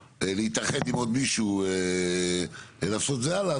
להתאחד עם עוד מישהו ולהתקדם עם זה הלאה,